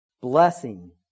Blessing